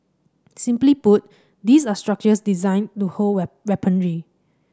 simply put these are structures designed to hold weaponry